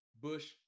bush